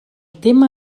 tema